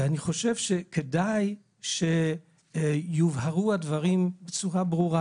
ואני חושב שכדאי שיובהרו הדברים בצורה ברורה